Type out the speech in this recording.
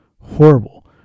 Horrible